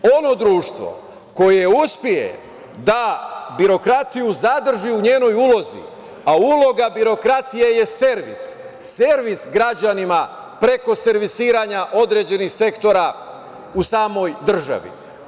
Ono društvo koje uspe da birokratiju zadrži u njenoj ulozi, a uloga birokratije je servis građanima preko servisiranja određenih sektora u samoj državi.